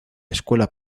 escuela